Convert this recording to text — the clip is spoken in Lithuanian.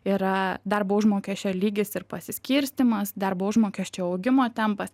yra darbo užmokesčio lygis ir pasiskirstymas darbo užmokesčio augimo tempas